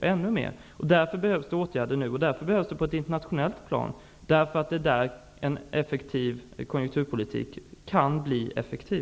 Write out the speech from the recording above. ännu mer. Därför behövs det åtgärder nu på ett internationellt plan, eftersom det är där som en konjunkturpolitik kan bli effektiv.